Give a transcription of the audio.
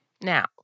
Now